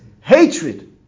hatred